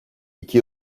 iki